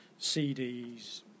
CDs